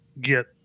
get